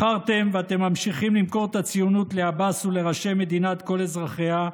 מכרתם ואתם ממשיכים למכור את הציונות לעבאס ולראשי מדינת כל אזרחיה,